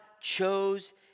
chose